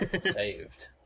Saved